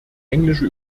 englische